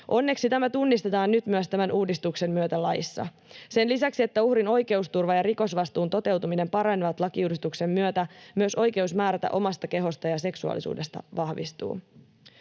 Onneksi tämä tunnistetaan nyt myös tämän uudistuksen myötä laissa. Sen lisäksi, että uhrin oikeusturva ja rikosvastuun toteutuminen paranevat lakiuudistuksen myötä, myös oikeus määrätä omasta kehosta ja seksuaalisuudesta vahvistuu.